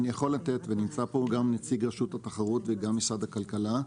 אני יכול לתת ונמצא פה גם נציג רשות התחרות וגם משרד הכלכלה,